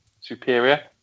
superior